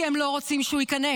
כי הם לא רוצים שהוא ייכנס,